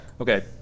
Okay